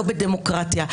לא בדמוקרטיה,